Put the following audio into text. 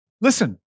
listen